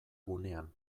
gunean